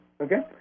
okay